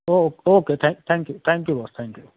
O okay thank thank you thank you boss thank you